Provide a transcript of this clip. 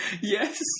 Yes